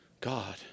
God